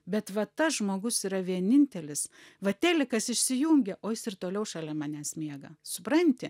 bet va tas žmogus yra vienintelis va telikas išsijungia o jis ir toliau šalia manęs miega supranti